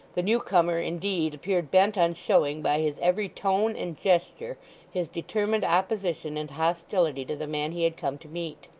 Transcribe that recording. the new-comer, indeed, appeared bent on showing by his every tone and gesture his determined opposition and hostility to the man he had come to meet.